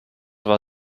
war